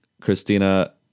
Christina